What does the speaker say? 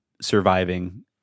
surviving